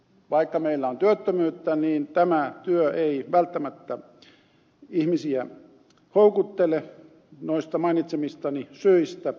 vaikka meillä on työttömyyttä niin tämä työ ei välttämättä ihmisiä houkuttele noista mainitsemistani syistä